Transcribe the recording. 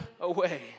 away